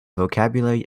vocabulary